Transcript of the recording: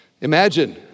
Imagine